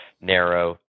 narrow